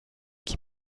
qui